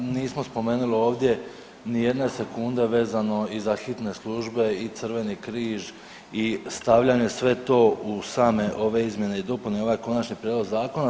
Nismo spomenuli ovdje ni jedne sekunde vezano i za hitne službe i Crveni križ i stavljanje sve to u same ove izmjene i dopune, ovaj konačni prijedlog zakona.